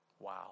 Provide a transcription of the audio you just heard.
Wow